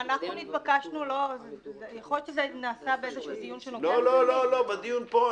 דווקא נתבקשנו לא --- לא, לא, זה היה בדיון פה.